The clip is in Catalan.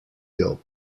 llop